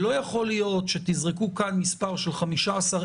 לא יכול להיות שתזרקו כאן מספר של 15,000